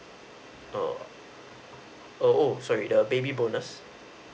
err oh oh sorry the baby bonus